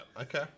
okay